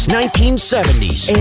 1970s